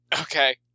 Okay